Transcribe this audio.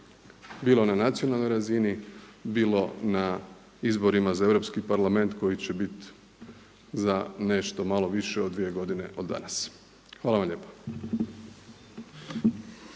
bilo na nacionalnoj razini, bilo na izborima za Europski parlament koji će biti za nešto malo više od dvije godine od danas. Hvala vam lijepa.